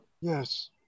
Yes